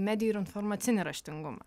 medijų ir informacinį raštingumą